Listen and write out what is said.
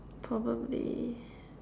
probably